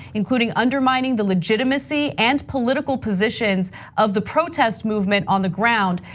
including undermining the legitimacy and political positions of the protest movement on the ground.